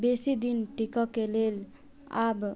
बेसी दिन टिकऽके लेल आब